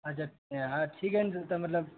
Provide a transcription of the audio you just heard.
اچھا ہاں ٹھیک ہے مطلب